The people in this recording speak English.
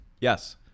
yes